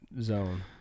zone